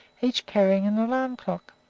each carrying an alarm-clock.